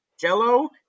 Jello